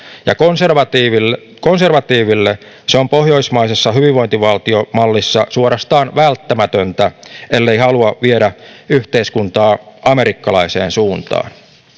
ja konservatiiville konservatiiville se on pohjoismaisessa hyvinvointivaltiomallissa suorastaan välttämätöntä ellei halua viedä yhteiskuntaa amerikkalaiseen suuntaan